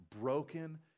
broken